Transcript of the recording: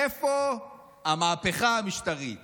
איפה המהפכה המשטרית